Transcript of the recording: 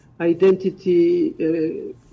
identity